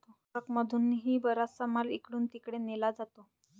ट्रकमधूनही बराचसा माल इकडून तिकडे नेला जातो